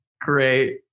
Great